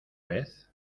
vez